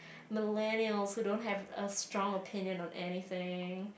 millennials who don't have a strong opinion on anything